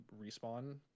respawn